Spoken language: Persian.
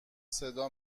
صدا